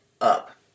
up